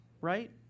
right